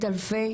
את אלפי